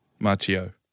Marcio